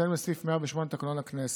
בהתאם לסעיף 108 לתקנון הכנסת.